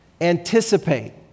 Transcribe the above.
Anticipate